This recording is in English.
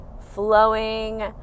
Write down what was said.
flowing